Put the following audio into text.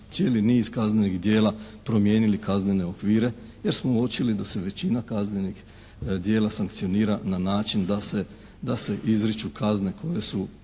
cijeli niz kaznenih djela promijenili kaznene okvire jer smo uočili da se većina kaznenih djela sankcionira na način da se izriču kazne koje su